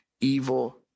evil